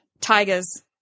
Tigers